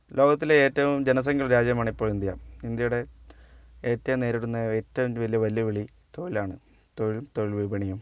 ലോകത്തിലെ ഏറ്റവും ജനസംഖ്യ ഉള്ള രാജ്യമാണ് ഇപ്പോൾ ഇന്ത്യ ഇന്ത്യയുടെ ഏറ്റവും നേരിടുന്ന ഏറ്റവും വലിയ വെല്ലുവിളി തൊഴിലാണ് തൊഴിലും തൊഴിൽ വിപണിയും